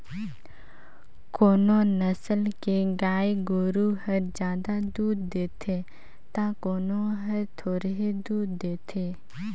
कोनो नसल के गाय गोरु हर जादा दूद देथे त कोनो हर थोरहें दूद देथे